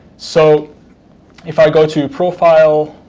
so if i go to profile,